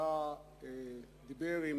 הממשלה עם